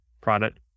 product